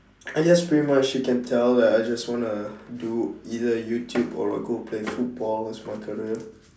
I guess pretty much you can tell that I just wanna do either YouTube or I go play football as my career